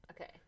Okay